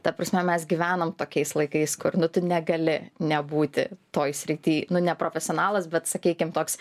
ta prasme mes gyvenam tokiais laikais kur tu negali nebūti toj srity nu ne profesionalas bet sakykime toks